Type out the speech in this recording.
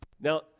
Now